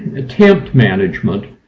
attempt management,